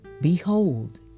Behold